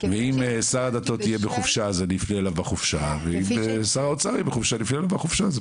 ואם שר הדתות יפנה בחופשה אז אני אפנה